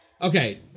Okay